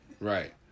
right